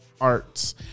arts